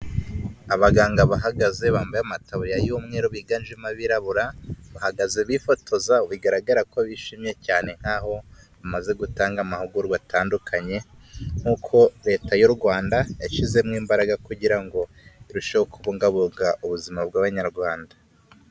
Abaganga bahagaze bambaye amataburiya y'umweru biganjemo abirabura bahagaze bifotoza bigaragara ko bishimye cyane nk'aho bamaze gutanga amahugurwa atandukanye nk'uko leta y'u Rwanda yashyizemo imbaraga kugira ngo irusheho kubungabunga ubuzima bw'Abanyarwanda.